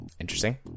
Interesting